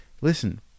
Listen